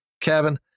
Kevin